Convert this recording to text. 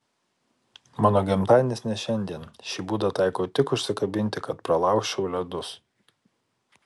mano gimtadienis ne šiandien šį būdą taikau tik užsikabinti kad pralaužčiau ledus